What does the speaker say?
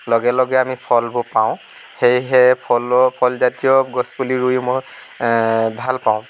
লগে লগে আমি ফলবোৰ পাওঁ সেয়েহে ফলৰ ফলজাতীয় গছ পুলি ৰুই মই ভাল পাওঁ